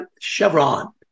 Chevron